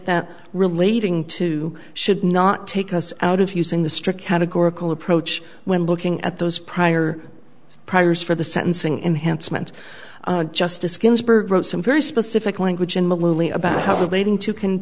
that relating to should not take us out of using the strict categorical approach when looking at those prior priors for the sentencing enhanced meant justice ginsburg wrote some very specific language and about how the lading too can